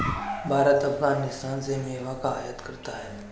भारत अफगानिस्तान से मेवा का आयात करता है